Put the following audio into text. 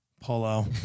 polo